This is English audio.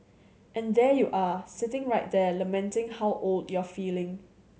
and there you are sitting right there lamenting how old you're feeling